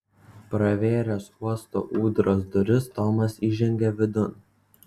pravėręs uosto ūdros duris tomas įžengė vidun